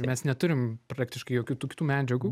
mes neturim praktiškai jokių kitų medžiagų